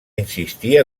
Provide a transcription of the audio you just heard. insistir